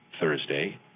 Thursday